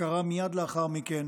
שקרה מייד לאחר מכן,